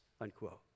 unquote